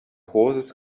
horses